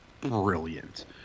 brilliant